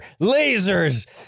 lasers